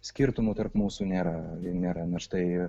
skirtumų tarp mūsų nėra nėra nors tai